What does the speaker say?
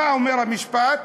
מה אומר המשפט?